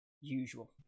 usual